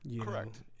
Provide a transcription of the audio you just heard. Correct